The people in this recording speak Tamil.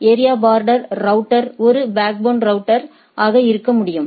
ஏரியா பார்டர் ரௌட்டர் ஒரு பேக்போன் ரௌட்டர் ஆக இருக்க முடியும்